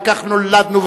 וכך נולדנו,